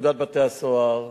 לפקודת בתי-הסוהר